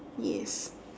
yes